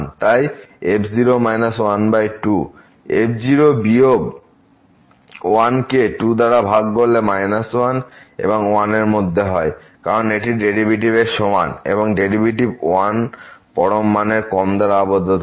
তাই f 0 12 f বিয়োগ 1 কে2 দ্বারা ভাগ করলে 1 এবং 1 এর মধ্যে হয় কারণ এটি ডেরিভেটিভের সমান এবং ডেরিভেটিভ 1 পরম মানের কম দ্বারা আবদ্ধ থাকে